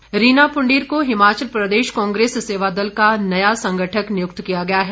सेवादल रीना पुंडीर को हिमाचल प्रदेश कांग्रेस सेवादल का नया संगठक नियुक्त किया गया है